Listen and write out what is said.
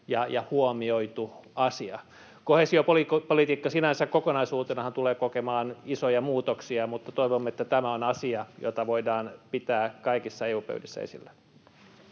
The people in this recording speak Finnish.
ja huomioitu asia. Koheesiopolitiikkahan sinänsä kokonaisuutena tulee kokemaan isoja muutoksia, mutta toivomme, että tämä on asia, jota voidaan pitää kaikissa EU-pöydissä esillä.